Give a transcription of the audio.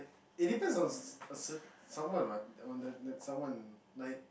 it depends on a cer~ someone what on the the someone like